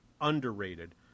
underrated